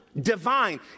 Divine